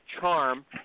charm